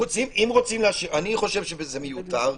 אני חושב שזה מיותר,